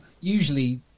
usually